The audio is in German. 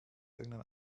irgendein